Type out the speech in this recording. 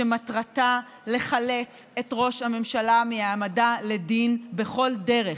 שמטרתה לחלץ את ראש הממשלה מהעמדה לדין בכל דרך.